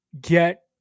get